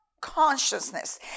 consciousness